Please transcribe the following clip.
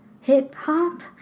hip-hop